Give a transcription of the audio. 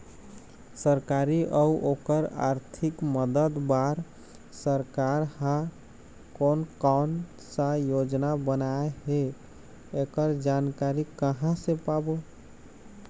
सरकारी अउ ओकर आरथिक मदद बार सरकार हा कोन कौन सा योजना बनाए हे ऐकर जानकारी कहां से पाबो?